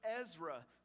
Ezra